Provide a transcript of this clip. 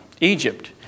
Egypt